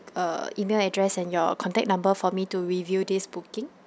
uh email address and your contact number for me to review this booking